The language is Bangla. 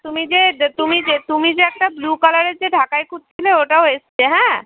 তুমি যে তুমি যে তুমি যে একটা ব্লু কালারের যে ঢাকাই খুঁজছিলে ওটাও এসেছে হ্যাঁ